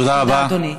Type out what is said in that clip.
תודה, אדוני.